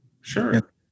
Sure